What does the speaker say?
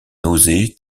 nozay